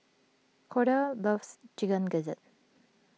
Corda loves Chicken Gizzard